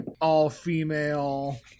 all-female